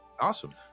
awesome